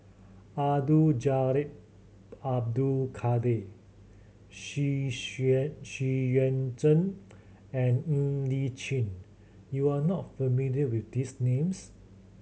Abdul Jalil Abdul Kadir Xu Xu Yuan Zhen and Ng Li Chin you are not familiar with these names